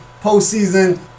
postseason